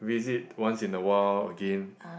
visit once in awhile again